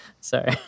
Sorry